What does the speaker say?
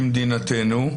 במדינתנו,